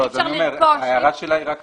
אני אומר שההערה שלה היא על (ו)(1),